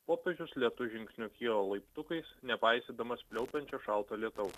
popiežius lėtu žingsniu kyla laiptukais nepaisydamas pliaupiančio šalto lietaus